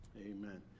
Amen